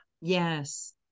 yes